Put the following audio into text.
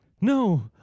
No